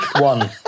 one